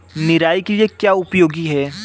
निराई के लिए क्या उपयोगी है?